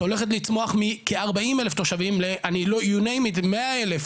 שהולכת לצמוח מ- 40 אלף תושבים ל- 100 אלף,